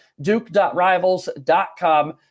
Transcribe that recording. Duke.Rivals.com